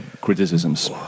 criticisms